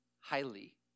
highly